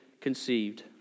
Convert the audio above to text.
conceived